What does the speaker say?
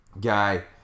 guy